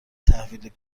تحویل